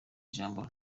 ijambo